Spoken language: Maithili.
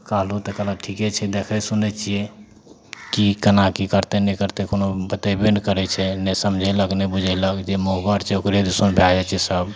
कहलहुँ तऽ कहलक ठीके छै देखय सुनय छियै की केना की करतय नहि करतय कोनो बतेबे नहि करय छै ने समझेलक ने बुझेलक जे मुँहगर छै ओकरे दिसन भए जाइ छै सब